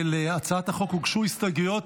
להצעת החוק הוגשו הסתייגויות.